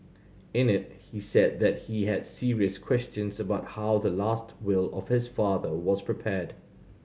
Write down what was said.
in it he said that he had serious questions about how the last will of his father was prepared